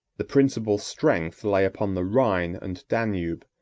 the principal strength lay upon the rhine and danube,